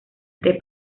este